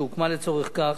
שהוקמה לצורך כך,